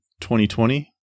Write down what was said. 2020